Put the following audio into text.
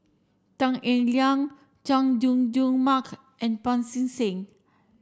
Tan Eng Liang Chay Jung Jun Mark and Pancy Seng